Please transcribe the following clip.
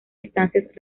estancias